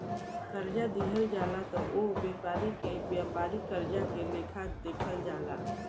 कर्जा दिहल जाला त ओह व्यापारी के व्यापारिक कर्जा के लेखा देखल जाला